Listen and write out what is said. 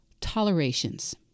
tolerations